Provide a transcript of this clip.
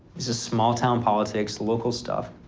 this is small-town politics, local stuff.